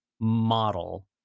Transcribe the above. model